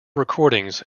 recordings